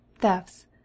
thefts